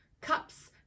cups